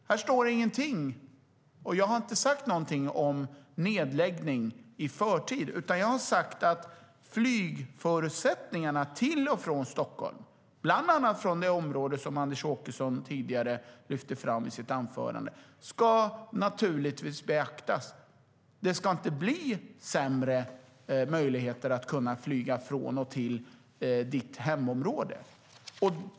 Jag har inte sagt något om nedläggning i förtid, utan jag har sagt att flygförutsättningarna till och från Stockholm, bland annat från det område Anders Åkesson tidigare lyfte fram i sitt anförande, naturligtvis ska beaktas. Det ska inte bli sämre möjligheter att flyga från och till Anders Åkessons hemområde.